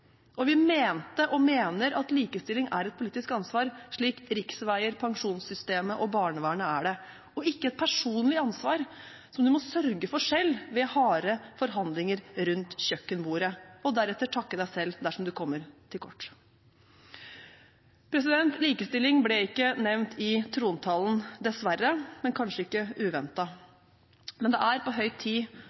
muligheter. Vi mente og mener at likestilling er et politisk ansvar slik riksveier, pensjonssystemet og barnevernet er det – ikke et personlig ansvar som du må sørge for selv med harde forhandlinger rundt kjøkkenbordet, og at du deretter må takke deg selv dersom du kommer til kort. Likestilling ble ikke nevnt i trontalen, dessverre, men det var kanskje ikke uventet. Det er på høy tid